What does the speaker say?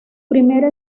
primera